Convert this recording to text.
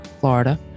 Florida